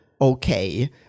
okay